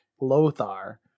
Lothar